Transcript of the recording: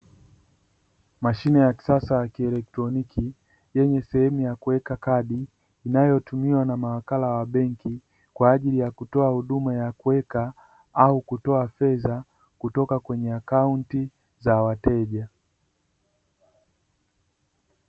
Mashine ya kisasa ya kielektoniki yenye sehemu ya kuweka kadi inayotumiwa na mawakala wa benki kwa ajili kutoa huduma ya kuweka au kutoa fedha kutoka kwenye akaunti za wateja.